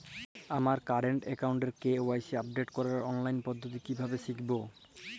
আমার কারেন্ট অ্যাকাউন্টের KYC update করার অনলাইন পদ্ধতি কীভাবে শিখব?